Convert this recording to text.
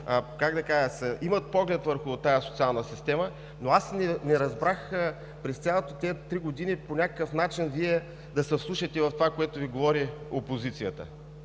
имат поглед върху тази социална система. Не разбрах обаче през целите тези три години по някакъв начин Вие да се вслушате в това, което Ви говори опозицията,